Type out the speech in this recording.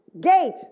gate